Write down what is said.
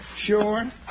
Sure